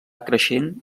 creixent